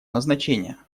назначения